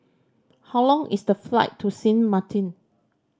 how long is the flight to Sint Maarten